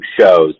shows